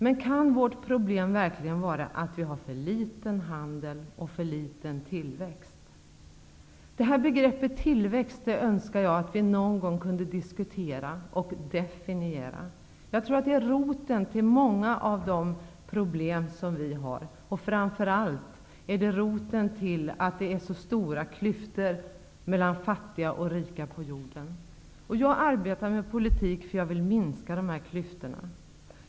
Men kan vårt problem verkligen vara att vi har för liten handel och för liten tillväxt? Begreppet tillväxt skulle jag önska att vi någon gång kunde diskutera och definiera. Jag tror att tillväxten är roten till många av de problem som vi har. Framför allt är den roten till att klyftorna mellan jordens fattiga och rika är så stora. Jag arbetar med politik därför att jag vill minska de här klyftorna.